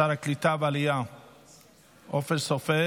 והקליטה אופיר סופר